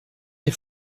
des